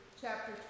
chapter